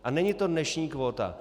A není to dnešní kvóta.